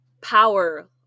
power